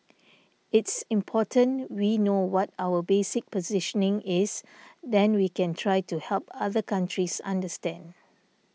it's important we know what our basic positioning is then we can try to help other countries understand